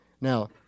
Now